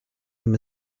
them